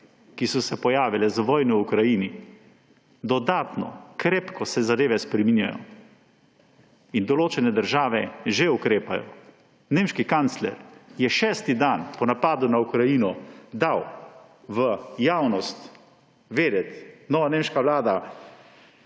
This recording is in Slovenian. ki so se pojavile z vojno v Ukrajini; dodatno, krepko se zadeve spreminjajo in določene države že ukrepajo. Nemški kancler je šesti dan po napadu na Ukrajino dal javnosti vedeti, da je nova nemška vlada